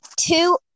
two